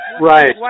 Right